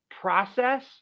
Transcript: process